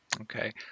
okay